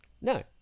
No